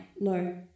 low